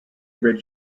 red